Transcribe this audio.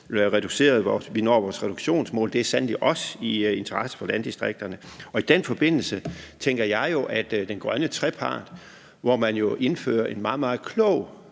og når vores reduktionsmål. Det er sandelig også i landdistrikternes interesse. Og i den forbindelse tænker jeg, at den grønne trepart, hvor man jo indfører en meget, meget klog